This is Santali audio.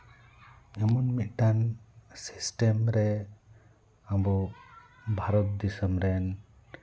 ᱮᱢᱚᱱ ᱢᱤᱫᱴᱟᱝ ᱥᱤᱥᱴᱮᱢ ᱨᱮ ᱟᱵᱚ ᱵᱷᱟᱨᱚᱛ ᱫᱤᱥᱚᱢ ᱨᱮᱱ